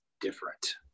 different